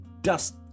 dust